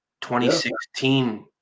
2016